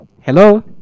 hello